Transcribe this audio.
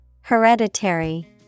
Hereditary